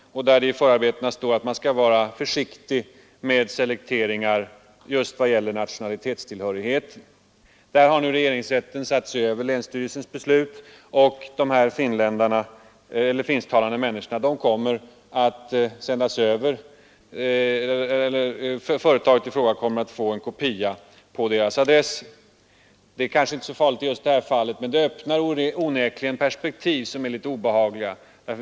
I förarbetena till datalagen står det att man skulle vara försiktig med selektering just när det gäller nationalitetstillhörighet. Där har nu regeringsrätten satt sig över länsstyrelsens beslut, och företaget i fråga kommer att få en kopia på de finsktalande människornas adresser. Det är kanske inte så farligt i just det här fallet, men det öppnar onekligen perspektiv som är obehagliga.